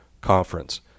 conference